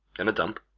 in a dump?